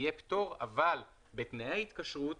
יהיה פטור אבל בתנאי ההתקשרות